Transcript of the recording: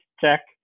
check